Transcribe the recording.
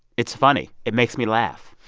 it's funny. it makes me laugh.